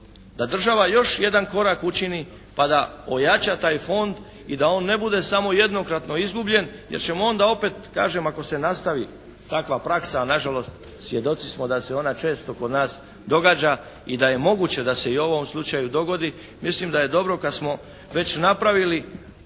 da država još jedan korak učini pa da ojača taj fond i da on ne bude samo jednokratno izgubljen jer ćemo onda opet kažem ako se nastavi takva praksa, a na žalost svjedoci smo da se ona često kod nas događa i da je moguće da se i u ovom slučaju dogodi. Mislim da je dobro kad smo već napravili